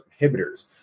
inhibitors